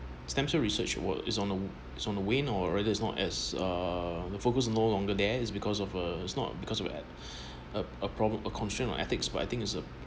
stem cell research work is on a is on the win or whether is not as uh the focus no longer there is because of uh it's not because of a at a a problem a constraint or ethics but I think is a